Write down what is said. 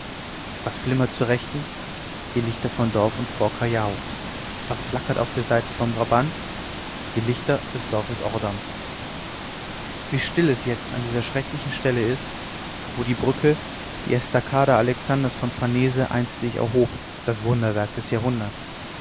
was flimmert zur rechten die lichter von dorf und fort callao was flackert auf der seite von brabant die lichter des dorfes ordam wie still es jetzt an dieser schrecklichen stelle ist wo die brücke die estacada alexanders von farnese einst sich erhob das wunderwerk des jahrhunderts